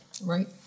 right